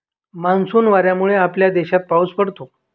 monsoon वाऱ्यांमुळे आपल्या देशात पाऊस पडतो